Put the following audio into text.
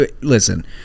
listen